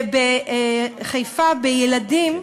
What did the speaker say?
ובחיפה בילדים,